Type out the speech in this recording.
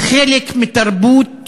חלק מתרבות